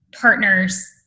partners